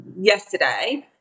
yesterday